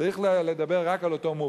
צריך לדבר רק על אותו מופתי.